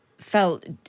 felt